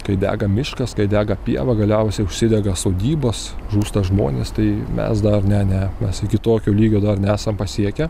kai dega miškas kai dega pieva galiausiai užsidega sodybos žūsta žmonės tai mes dar ne ne mes iki tokio lygio dar nesam pasiekę